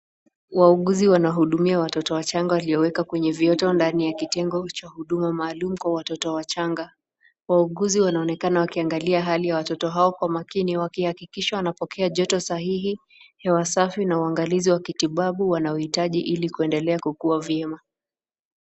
Wauguzi wanahudumia watoto wachanga walioeka kwenye vioto ndani ya kitengo maalum kwa watoto wachanga. Wauguzi wanaonekana wakiangalia hali ya watoto hao makini wakihakikisha anapokea joto sahihi hewa safi na uangalizi wa kitibabu wanaoitaji ili kuedelea kukuwa vyema.